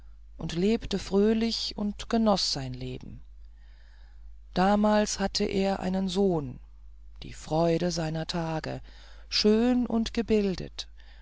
und lebte fröhlich und genoß sein leben damals hatte er einen sohn die freude seiner tage schön und gebildet